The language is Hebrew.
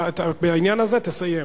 בעניין הזה תסיים.